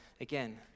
again